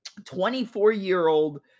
24-year-old